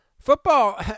football